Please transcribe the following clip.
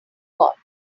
got